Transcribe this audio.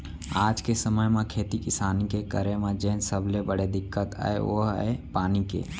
आज के समे म खेती किसानी के करे म जेन सबले बड़े दिक्कत अय ओ हर अय पानी के